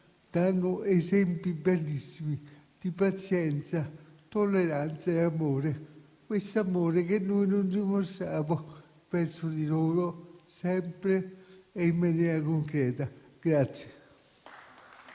danno esempi bellissimi di pazienza, tolleranza e amore, questo amore che noi non dimostriamo verso di loro sempre e in maniera concreta.